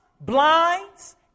blinds